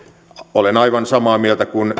olen aivan samaa mieltä kuin